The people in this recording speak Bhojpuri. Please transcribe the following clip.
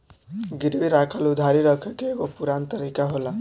गिरवी राखल उधारी रखे के एगो पुरान तरीका होला